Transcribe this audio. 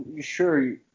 Sure